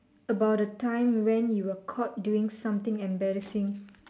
about a time when you were caught doing something embarassing